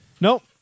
nope